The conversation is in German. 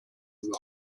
wird